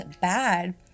bad